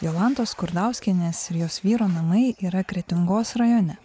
jolantos kurdauskienės ir jos vyro namai yra kretingos rajone